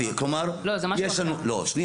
יופי, כלומר --- לא, זה משהו אחר.